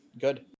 Good